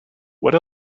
what